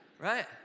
right